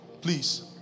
Please